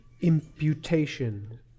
imputation